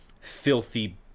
filthy